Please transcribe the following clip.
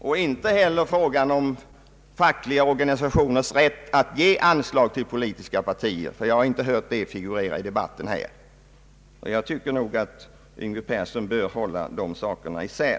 Det är inte heller fråga om fackliga organisationers rätt att ge anslag till politiska partier — jag har inte hört att den frågan figurerat i denna debatt. Jag tycker nog att herr Yngve Persson bör hålla dessa saker isär.